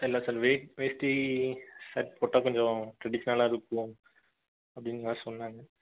sir இல்லை sir வேல் வேட்டி சர்ட் போட்டால் கொஞ்ச டிரடிஷ்னலாக இருக்கும் அப்படிங்காக சொன்னாங்க